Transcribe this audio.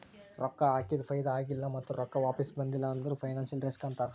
ರೊಕ್ಕಾ ಹಾಕಿದು ಫೈದಾ ಆಗಿಲ್ಲ ಮತ್ತ ರೊಕ್ಕಾ ವಾಪಿಸ್ ಬಂದಿಲ್ಲ ಅಂದುರ್ ಫೈನಾನ್ಸಿಯಲ್ ರಿಸ್ಕ್ ಅಂತಾರ್